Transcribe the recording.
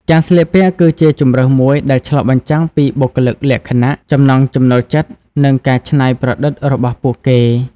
ការស្លៀកពាក់គឺជាជម្រើសមួយដែលឆ្លុះបញ្ចាំងពីបុគ្គលិកលក្ខណៈ ចំណង់ចំណូលចិត្ត និងការច្នៃប្រឌិតរបស់ពួកគេ។